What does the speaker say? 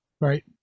Right